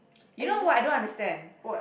you know what I don't understand